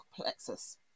plexus